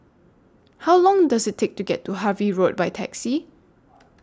How Long Does IT Take to get to Harvey Road By Taxi